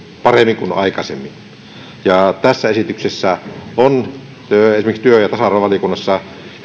paremmin kuin aikaisemmin tässä esityksessä on esimerkiksi työ ja tasa arvovaliokunnassa